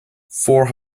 four